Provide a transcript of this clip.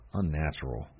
unnatural